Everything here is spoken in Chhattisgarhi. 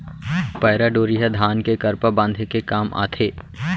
पैरा डोरी ह धान के करपा बांधे के काम आथे